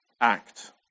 act